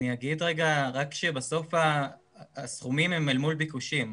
אני אגיד שבסוף הסכומים הם אל מול ביקושים.